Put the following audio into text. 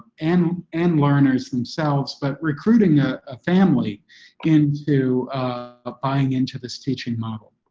and and learners themselves, but recruiting a ah family into ah buying into this teaching model.